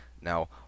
Now